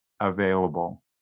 Available